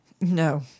No